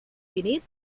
finit